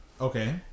Okay